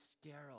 sterile